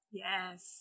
yes